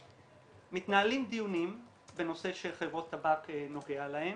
מתנהלים דיונים בנושא שחברות טבק נוגע להם,